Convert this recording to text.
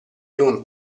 non